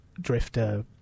drifter